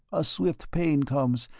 a swift pain comes,